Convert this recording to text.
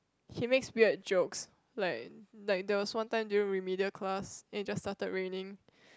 he makes weird jokes like like there was one time during remedial class and it just start raining